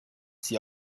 sie